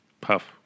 puff